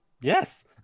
Yes